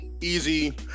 easy